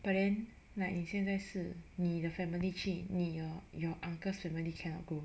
but then like 你现在是你的 family 去你要 your uncle's family cannot go